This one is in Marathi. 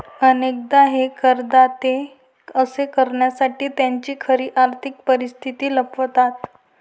अनेकदा हे करदाते असे करण्यासाठी त्यांची खरी आर्थिक परिस्थिती लपवतात